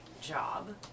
job